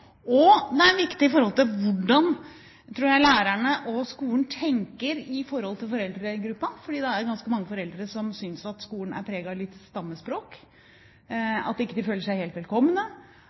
Og det er viktig, tror jeg, for hvordan lærerne og skolen tenker i forhold til foreldregruppen, for det er ganske mange foreldre som synes at skolen er preget av litt stammespråk, at de ikke føler seg helt velkomne,